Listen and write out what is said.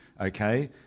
okay